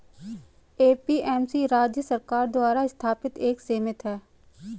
APMC राज्य सरकार द्वारा स्थापित एक समिति है